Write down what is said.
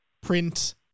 print